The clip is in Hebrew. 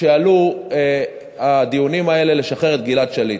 כשהיו הדיונים האלה על שחרור גלעד שליט,